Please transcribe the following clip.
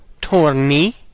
torni